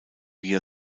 via